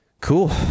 Cool